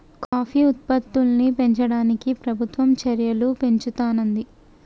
coffee ఉత్పత్తుల్ని పెంచడానికి ప్రభుత్వం చెర్యలు పెంచుతానంది